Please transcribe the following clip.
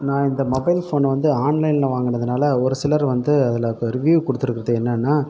நான் இந்த மொபைல் ஃபோனை வந்து ஆன்லைனில் வாங்கினதுனால ஒரு சிலர் வந்து அதில் இப்போ ரிவ்யூ கொடுத்துருக்கறது என்னன்னா